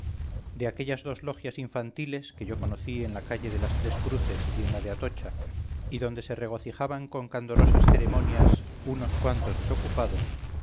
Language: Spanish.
de aquellas dos logias infantiles que yo conocí en la calle de las tres cruces y en la de atocha y donde se regocijaban con candorosas ceremoniasunos cuantos desocupados